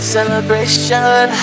Celebration